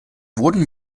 wurden